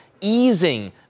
easing